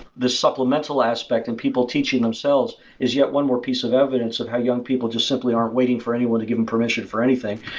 the supplemental aspect in people teaching themselves is yet one more piece of evidence of how young people to simply aren't waiting for anyone to give them permission for anything.